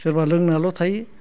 सोरबा लोंनाल' थायो